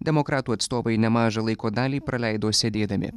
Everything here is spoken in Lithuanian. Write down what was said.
demokratų atstovai nemažą laiko dalį praleido sėdėdami